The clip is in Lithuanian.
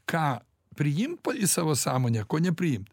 ką priimt pa į savo sąmonę ko nepriimt